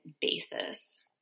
basis